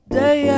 day